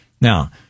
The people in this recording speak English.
Now